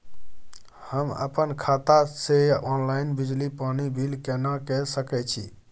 हम अपन खाता से ऑनलाइन बिजली पानी बिल केना के सकै छी?